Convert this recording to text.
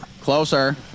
Closer